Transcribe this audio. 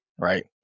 Right